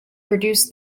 produce